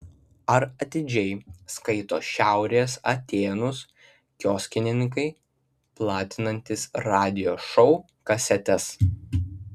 ar atidžiai skaito šiaurės atėnus kioskininkai platinantys radijo šou kasetes